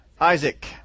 Isaac